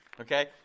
okay